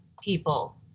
people